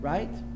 Right